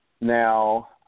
Now